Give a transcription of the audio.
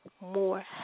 more